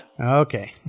Okay